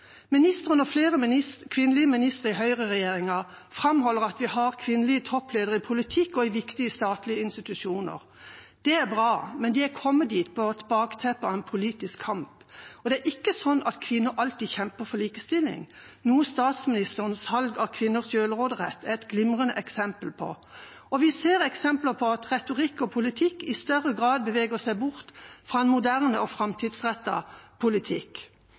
og flere kvinnelige statsråder i høyreregjeringa framholder at vi har kvinnelige toppledere i politikken og i viktige statlige institusjoner. Det er bra, men de har kommet dit på et bakteppe av politisk kamp. Det er ikke slik at kvinner alltid kjemper for likestilling, noe statsministerens salg av kvinners selvråderett er et glimrende eksempel på. Vi ser eksempler på at retorikk og politikk i større grad beveger seg bort fra en moderne og framtidsrettet politikk.